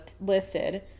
listed